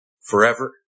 forever